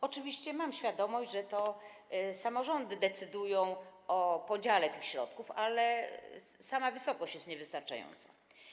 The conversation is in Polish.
Oczywiście mam świadomość, że to samorządy decydują o podziale tych środków, ale sama wysokość jest niewystarczająca.